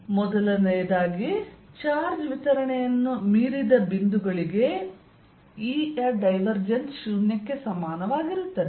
ಸಂಖ್ಯೆ 1 ಚಾರ್ಜ್ ವಿತರಣೆಯನ್ನು ಮೀರಿದ ಬಿಂದುಗಳಿಗೆ E ಯ ಡೈವರ್ಜೆನ್ಸ್ ಶೂನ್ಯಕ್ಕೆ ಸಮಾನವಾಗಿರುತ್ತದೆ